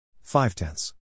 Five-tenths